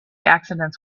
accidents